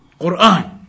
Quran